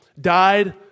died